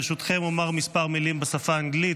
ברשותכם, אומר כמה מילים בשפה האנגלית.